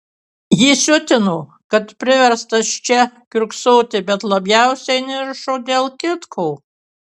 jį siutino kad priverstas čia kiurksoti bet labiausiai niršo dėl kitko